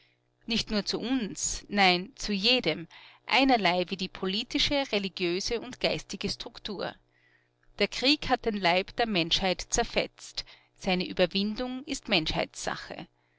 nicht nur zu uns nein zu jedem einerlei wie die politische religiöse und geistige struktur der krieg hat den leib der menschheit zerfetzt seine überwindung ist